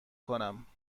کنم